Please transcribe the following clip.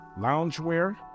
loungewear